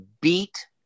beat